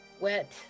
wet